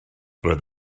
roedd